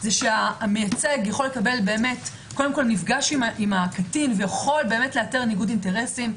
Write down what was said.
זה שהמייצג קודם כול נפגש עם הקטין ויכול לאתר ניגוד אינטרסים,